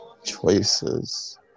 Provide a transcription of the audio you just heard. choices